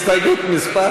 הסתייגות מס'